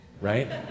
right